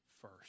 first